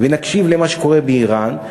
ונקשיב למה שקורה באיראן,